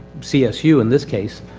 csu, in this case.